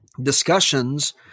discussions